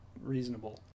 reasonable